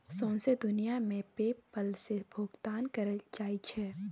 सौंसे दुनियाँ मे पे पल सँ भोगतान कएल जाइ छै